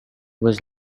was